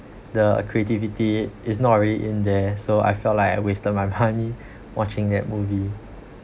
the creativity is not really in there so I felt like I wasted my money watching that movie